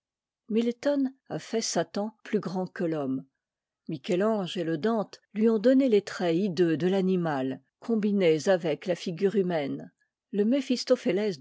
mitton a fait satan plus grand que l'homme michet ange et le dante lui ont donné les traits hideux de l'animal combinés avec la figure humaine le